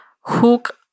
hook